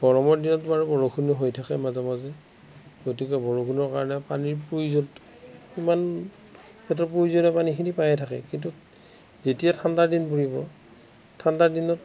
গৰমৰ দিনত বাৰু বৰষুণো হৈ থাকে মাজে মাজে গতিকে বৰষুণৰ কাৰণে পানীৰ প্ৰয়োজনটো সিমান সিহঁতে প্ৰয়োজনীয় পানীখিনি পায়েই থাকে কিন্তু যেতিয়া ঠাণ্ডা দিন পৰিব ঠাণ্ডা দিনত